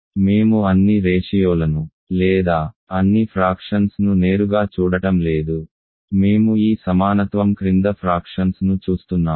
మేము అన్ని రేషియోలను లేదా అన్ని ఫ్రాక్షన్స్ ను నేరుగా చూడటం లేదు మేము ఈ సమానత్వం క్రింద ఫ్రాక్షన్స్ ను చూస్తున్నాము